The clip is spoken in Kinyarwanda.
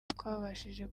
twabashije